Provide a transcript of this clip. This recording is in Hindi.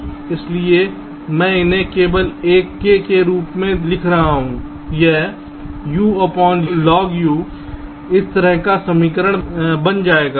इसलिए मैं उन्हें केवल एक K के रूप में लिख रहा हूं यह UlogU इस तरह का समीकरण बन जाएगा